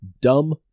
dumb